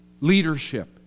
leadership